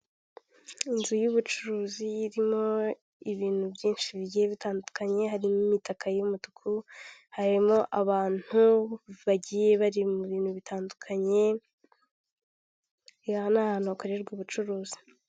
Inzu y'ubucuruzi irimo ibintu byinshi bigiye bitandukanye harimo imitaka y'umutuku harimo abantu bagiye bari mu bintu bitandukanye aha n'ahantu hakorerwa ubucuruzi.